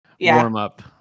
warm-up